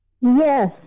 yes